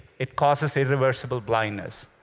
it causes irreversible blindness.